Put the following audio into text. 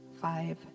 five